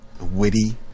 witty